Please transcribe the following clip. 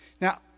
Now